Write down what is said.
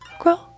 Grow